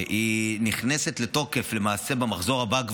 נכנסת לתוקף למעשה כבר במחזור הבא.